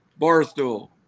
barstool